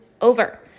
over